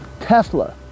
Tesla